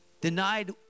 denied